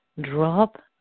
drop